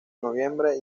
noviembre